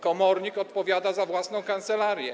Komornik odpowiada za własną kancelarię.